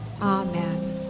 Amen